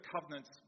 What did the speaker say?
covenants